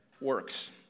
works